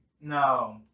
No